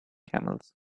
camels